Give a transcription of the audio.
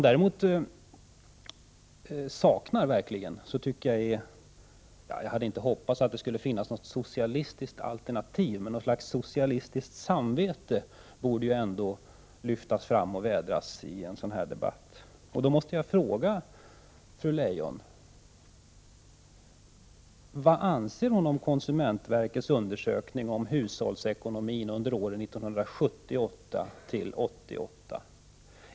Jag hade väl inte hoppats att det skulle finnas något socialistiskt alternativ, men något slags socialistiskt samvete borde väl ändå lyftas fram och vädras i en sådan här debatt. Då måste jag fråga fru Leijon vad hon anser om konsumentverkets undersökning om hushållsekonomin under åren 1978 1988.